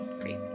Great